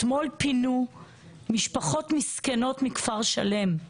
אתמול פינו משפחות מסכנות מכפר שלם.